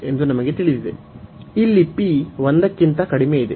ಇಲ್ಲಿ p 1 ಕ್ಕಿಂತ ಕಡಿಮೆಯಿದೆ